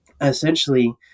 essentially